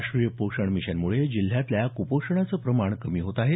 राष्टीय पोषण मिशनमुळे जिल्ह्यातल्या कुपोषणाचं प्रमाण कमी होत आहे